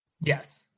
Yes